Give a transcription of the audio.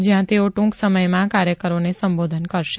જ્યાં તેઓ ટૂંક સમયમાં કાર્યકરોને સંબોધન કરશે